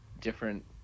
different